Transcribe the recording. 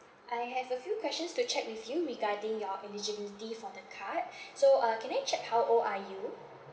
I have a few questions to check with you regarding your eligibility for the card so uh can I check how old are you